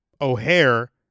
O'Hare